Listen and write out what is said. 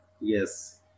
Yes